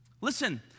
Listen